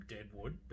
Deadwood